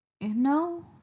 No